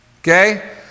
Okay